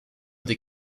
des